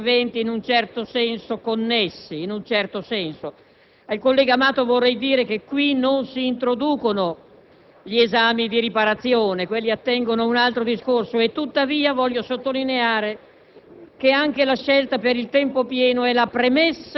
tempo pieno, sono stati richiamati anche altri interventi in un certo senso connessi. Al collega Amato vorrei dire che qui non si introducono gli esami di riparazione, che attengono ad un altro discorso. Tuttavia voglio sottolineare